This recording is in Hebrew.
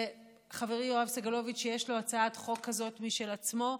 וחברי יואב סגלוביץ' יש לו הצעת חוק כזאת משל עצמו,